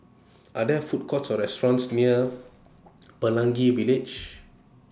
Are There Food Courts Or restaurants near Pelangi Village